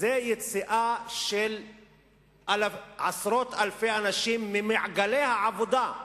וזה יציאה של עשרות אלפי אנשים ממעגלי העבודה.